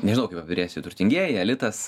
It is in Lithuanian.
nežinau kaip apibrėžti turtingieji elitas